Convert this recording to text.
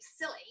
silly